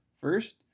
First